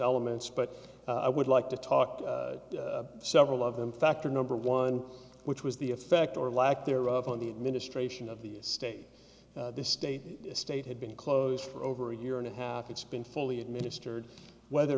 elements but i would like to talk to several of them factor number one which was the effect or lack thereof on the administration of the state the state state had been closed for over a year and a half it's been fully administered whether